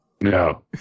No